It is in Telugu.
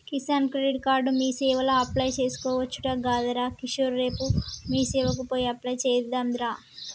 కిసాన్ క్రెడిట్ కార్డు మీసేవల అప్లై చేసుకోవచ్చట గదరా కిషోర్ రేపు మీసేవకు పోయి అప్లై చెద్దాంరా